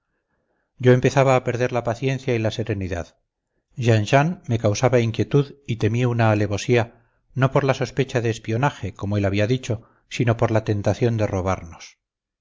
yo empezaba a perder la paciencia y la serenidad jean jean me causaba inquietud y temí una alevosía no por la sospecha de espionaje como él había dicho sino por la tentación de robarnos